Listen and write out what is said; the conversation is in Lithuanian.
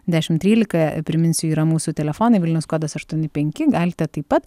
dešim trylika priminsiu yra mūsų telefonai vilniaus kodas aštuoni penki galite taip pat